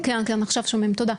כן, כן, עכשיו שומעים, תודה.